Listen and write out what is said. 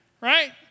right